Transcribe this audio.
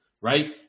right